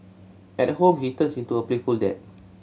at home he turns into a playful dad